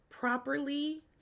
Properly